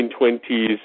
1920s